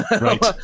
Right